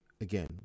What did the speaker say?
again